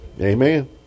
Amen